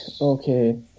okay